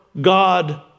God